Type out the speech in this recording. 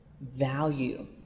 value